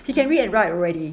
he can read and write already